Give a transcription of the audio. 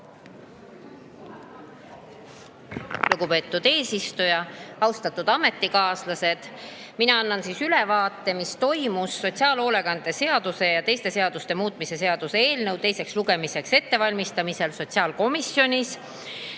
Lugupeetud eesistuja! Austatud ametikaaslased! Mina annan ülevaate, mis toimus sotsiaalhoolekande seaduse ja teiste seaduste muutmise seaduse eelnõu ehk eelnõu 510 teiseks lugemiseks ettevalmistamisel sotsiaalkomisjonis.